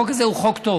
החוק הזה הוא חוק טוב.